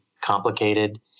complicated